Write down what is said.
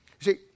See